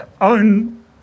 own